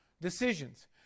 decisions